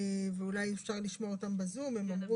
ואולי אפשר לשמוע אותם בזום, הם אמרו